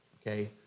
Okay